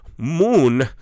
moon